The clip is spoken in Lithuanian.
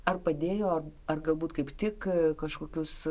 ar padėjo ar galbūt kaip tik kažkokius